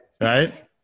Right